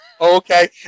Okay